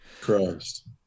Christ